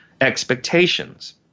expectations